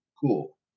Cool